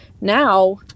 now